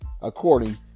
according